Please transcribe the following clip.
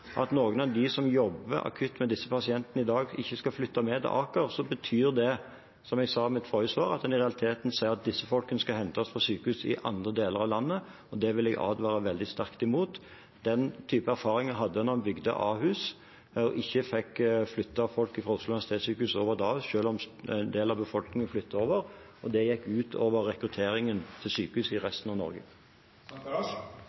at noen av dem som jobber akutt med disse pasientene i dag, skal flytte med til Aker, betyr det, som jeg sa i mitt forrige svar, at en i realiteten sier at disse personene skal hentes fra sykehus i andre deler av landet, og det vil jeg advare veldig sterkt imot. Den type erfaringer hadde en når en bygde Ahus og ikke fikk flytte folk fra Oslo universitetssykehus over dit, selv om en del av befolkningen flyttet over. Det gikk ut over rekrutteringen til sykehus i